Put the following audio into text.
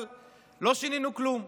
אבל לא שינינו כלום.